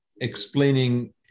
explaining